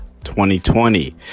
2020